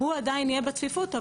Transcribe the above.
עדיין יהיה בצפיפות,